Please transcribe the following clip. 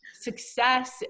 success